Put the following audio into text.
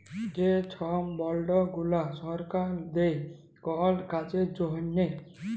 যে ছব বল্ড গুলা সরকার দেই কল কাজের জ্যনহে